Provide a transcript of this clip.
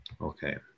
Okay